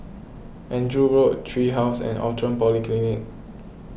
Andrew Road Tree House and Outram Polyclinic